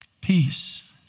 peace